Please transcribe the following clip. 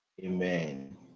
amen